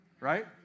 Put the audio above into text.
Right